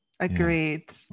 Agreed